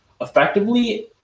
effectively